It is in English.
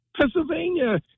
Pennsylvania